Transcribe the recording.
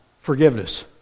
forgiveness